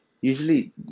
Usually